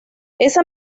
esa